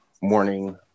morning